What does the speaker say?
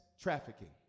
trafficking